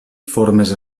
formes